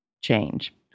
change